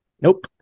Nope